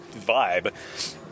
vibe